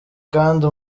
kandi